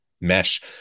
mesh